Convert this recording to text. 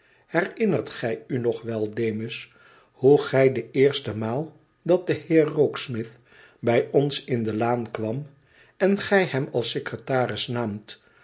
herinnert gij u nog wel demus hoe gij de eerste maal dat de heerrokesmith bij ons in de laan kwam en gij hem als secretaris naamt